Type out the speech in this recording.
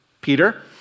Peter